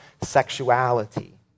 sexuality